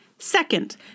Second